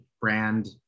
brand